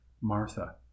Martha